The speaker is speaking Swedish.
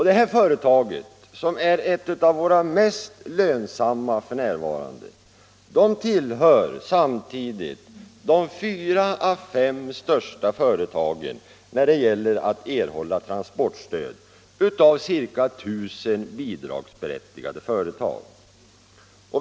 Detta företag, som är ett av våra mest lönsamma f. n., tillhör när det gäller att erhålla transportstöd de fyra å fem största företagen av ca 1 000 bidragsberättigade företag.